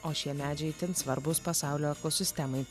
o šie medžiai itin svarbūs pasaulio ekosistemai